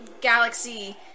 galaxy